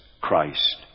Christ